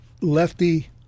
lefty